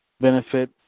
benefit